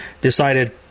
decided